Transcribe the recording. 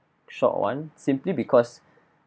short one simply because